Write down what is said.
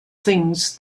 things